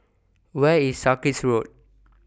Where IS Sarkies Road